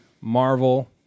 Marvel